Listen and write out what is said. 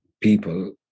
people